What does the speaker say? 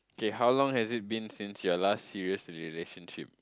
okay how long has it been since your last serious relationship